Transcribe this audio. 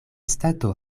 stato